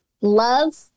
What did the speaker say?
Love